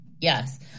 Yes